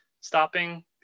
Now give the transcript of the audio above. stopping